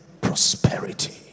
prosperity